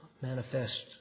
manifest